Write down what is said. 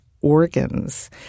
organs